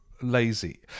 lazy